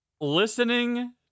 Listening